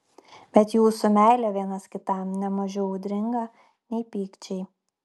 bet jūsų meilė vienas kitam ne mažiau audringa nei pykčiai